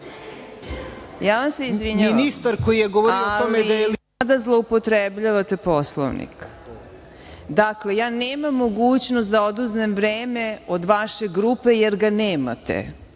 Ja se izvinjavam, ali sada zloupotrebljavate Poslovnik. Dakle, ja nemam mogućnost da oduzmem vreme od vaše grupe, jer ga nemate,